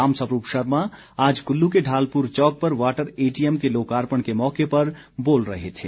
राम स्वरूप शर्मा आज कुल्लू के ढालपुर चौक पर वाटर एटीएम के लोकार्पण के मौके पर बोल रहे थे